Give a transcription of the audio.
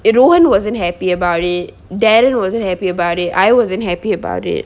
rowen wasn't happy about it darren wasn't happy about it I wasn't happy about it